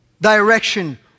Direction